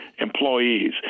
employees